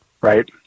right